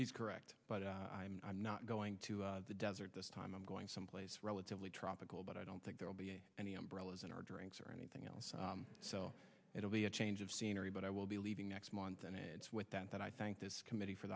he's correct but i'm not going to the desert this time i'm going someplace relatively tropical but i don't think there will be any umbrellas in our drinks or anything else so it'll be a change of scenery but i will be leaving next month and it's with that that i thank this committee for